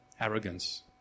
arrogance